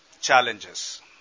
challenges